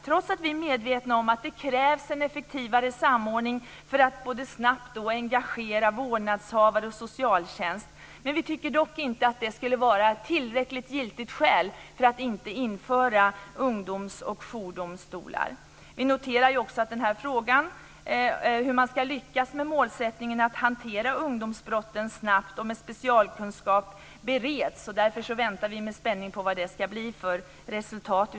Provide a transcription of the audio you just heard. Trots att vi är medvetna om att det krävs en effektivare samordning för att snabbt engagera vårdnadshavare och socialtjänst. Vi tycker dock inte att det skulle vara ett tillräckligt giltigt skäl för att inte införa ungdoms och jourdomstolar. Vi noterar också att frågan om hur man ska lyckas med målsättningen att hantera ungdomsbrotten snabbt och med specialkunskap bereds, och vi väntar med spänning på vad det blir för resultat.